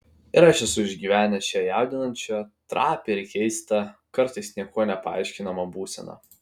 ir aš esu išgyvenęs šią jaudinančią trapią ir keistą kartais niekuo nepaaiškinamą būseną